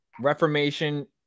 reformation